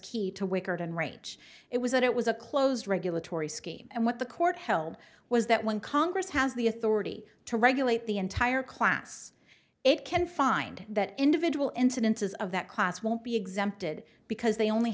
key to wickard and rates it was that it was a closed regulatory scheme and what the court held was that when congress has the authority to regulate the entire class it can find that individual incidences of that class won't be exempted because they only